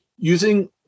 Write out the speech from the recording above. using